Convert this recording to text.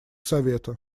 совета